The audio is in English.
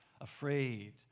afraid